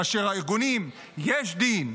כאשר הארגונים יש דין,